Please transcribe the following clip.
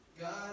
God